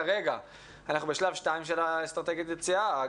כרגע אנחנו בשלב שניים של אסטרטגיית היציאה,